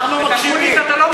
את אקוניס אתה לא מזהיר.